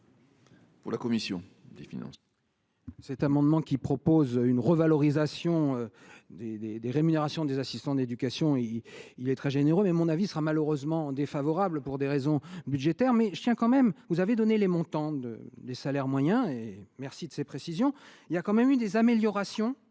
avec la commission des finances,